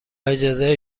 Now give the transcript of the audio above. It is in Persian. اجازه